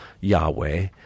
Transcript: Yahweh